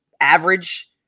average